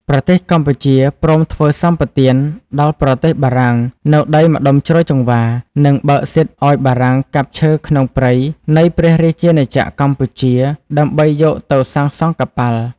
ប្រទេសកម្ពុជាព្រមធ្វើសម្បទានដល់ប្រទេសបារាំងនូវដីម្ដុំជ្រោយចង្វារ និងបើកសិទ្ធិឱ្យបារាំងកាប់ឈើក្នុងព្រៃនៃព្រះរាជាណាចក្រកម្ពុជាដើម្បីយកទៅសាងសង់កប៉ាល់។